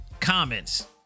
comments